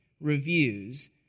reviews